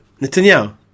Netanyahu